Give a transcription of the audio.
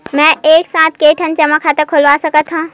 मैं एक साथ के ठन जमा खाता खुलवाय सकथव?